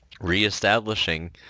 reestablishing